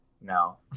No